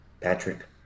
Patrick